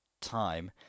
time